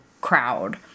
crowd